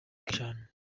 cane